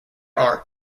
are